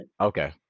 Okay